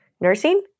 nursing